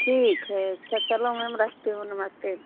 ठीक है अच्छा चलो मैम रखती हूँ नमस्ते